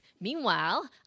Meanwhile